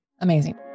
Amazing